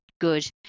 good